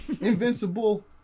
Invincible